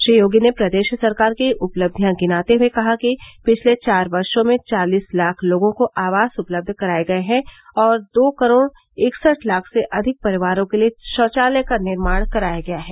श्री योगी ने प्रदेश सरकार की उपलब्धियां गिनाते हुये कहा कि पिछले चार वर्षो में चालीस लाख लोगों को आवास उपलब्ध कराये गये हैं और दो करोड़ इकसठ लाख से अधिक परिवारों के लिये शौचालय का निर्माण किया गया है